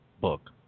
book